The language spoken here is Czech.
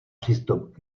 přístup